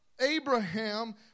Abraham